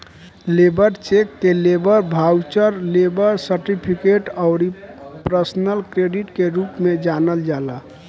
labour cheque के labour voucher, labour certificate अउरी personal credit के रूप में जानल जाला